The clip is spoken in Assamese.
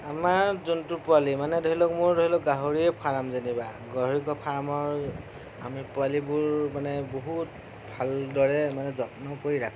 আমাৰ জন্তু পোৱালি মানে ধৰি লওক মোৰ ধৰি লওক গাহৰিৰে ফাৰ্ম যেনিবা গাহৰি ফাৰ্মৰ আমি পোৱালিবোৰ মানে বহুত ভালদৰে মানে যত্ন কৰি ৰাখোঁ